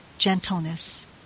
gentleness